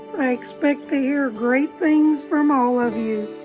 i expect to hear great things from all of you.